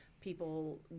people